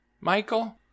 Michael